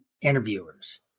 interviewers